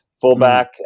fullback